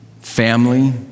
family